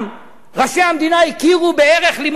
ראשי המדינה הכירו בערך לימוד התורה.